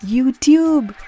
YouTube